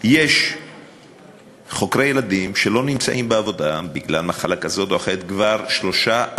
יש חוקרי ילדים שלא נמצאים בעבודה בגלל מחלה כזאת או אחרת כבר שלושה,